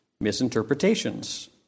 misinterpretations